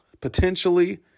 potentially